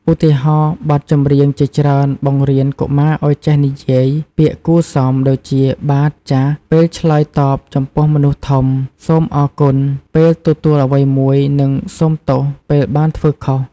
ឧទាហរណ៍ បទចម្រៀងជាច្រើនបង្រៀនកុមារឲ្យចេះនិយាយ ពាក្យគួរសម ដូចជា "បាទ/ចាស" ពេលឆ្លើយតបចំពោះមនុស្សធំ "សូមអរគុណ" ពេលទទួលអ្វីមួយ និង "សូមទោស" ពេលបានធ្វើខុស។